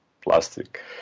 plastic